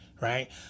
Right